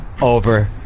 over